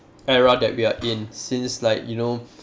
era that we are in since like you know